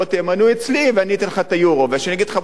בוא תהיה מנוי אצלי ואני אתן לך את ה"יורו"; השני יגיד לך,